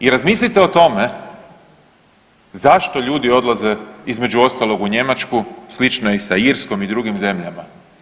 I razmilite o tome zašto ljudi odlaze između ostalog u Njemačku, slično je i sa Irskom i drugim zemljama.